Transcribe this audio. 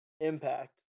Impact